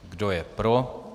Kdo je pro?